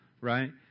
right